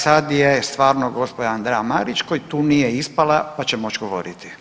Sad je stvarno gđa. Andreja Marić koja tu nije ispala pa će moći govoriti.